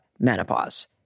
menopause